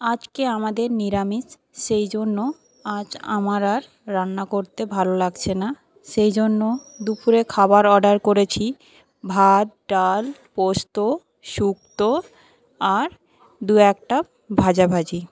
আজকে আমাদের নিরামিষ সেই জন্য আজ আমার আর রান্না করতে ভালো লাগছে না সেই জন্য দুপুরে খাবার অর্ডার করেছি ভাত ডাল পোস্ত সুক্তো আর দু একটা ভাজাভাজি